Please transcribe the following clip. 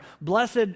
Blessed